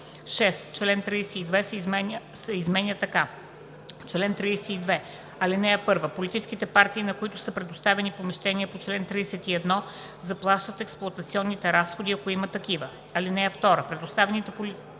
6. Член 32 се изменя така: „Чл. 32. (1) Политическите партии, на които са предоставени помещения по чл. 31, заплащат експлоатационните разходи, ако има такива. (2) Предоставените помещения на